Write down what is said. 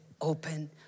open